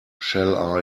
shall